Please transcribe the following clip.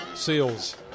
seals